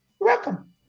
welcome